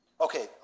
Okay